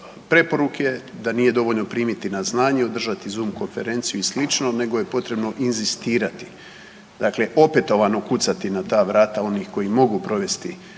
da nije dovoljno primiti na znanje i održati Zoom konferenciju i sl. nego je potrebno inzistirati, dakle opetovano kucati na ta vrata onih koji mogu provesti